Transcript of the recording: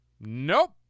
Nope